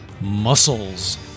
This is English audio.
muscles